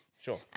Sure